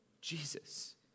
Jesus